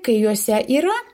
kai juose yra